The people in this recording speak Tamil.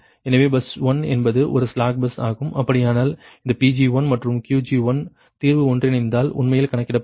எனவே பஸ் 1 என்பது ஒரு ஸ்லாக் பஸ் ஆகும் அப்படியானால் இந்த Pg1 மற்றும் Qg1தீர்வு ஒன்றிணைந்தால் உண்மையில் கணக்கிடப்படும்